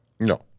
No